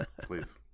please